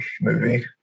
movie